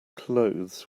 clothes